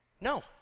No